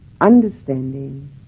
understanding